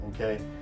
okay